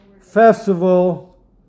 festival